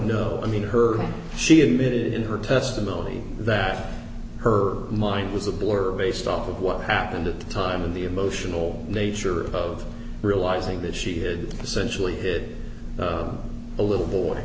know i mean her she admitted in her testimony that her mind was a blur based off of what happened at the time of the emotional nature of realizing that she had essentially hit a little boy